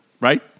right